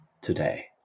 today